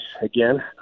again